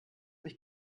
mich